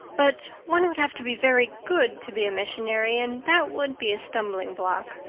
but one would have to be very good to be a missionary, and that would be a stumbling block.